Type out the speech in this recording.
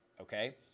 okay